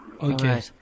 Okay